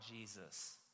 Jesus